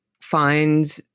find